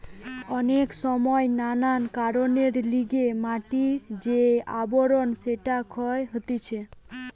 অনেক সময় নানান কারণের লিগে মাটির যে আবরণ সেটা ক্ষয় হতিছে